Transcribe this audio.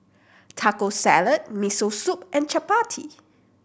Taco Salad Miso Soup and Chapati